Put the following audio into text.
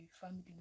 family